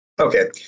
Okay